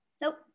nope